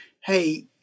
hey